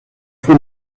fue